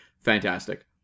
Fantastic